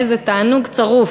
איזה תענוג צרוף.